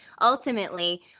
ultimately